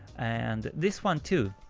and this one, too,